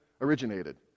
originated